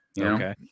Okay